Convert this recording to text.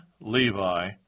Levi